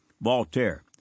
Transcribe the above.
Voltaire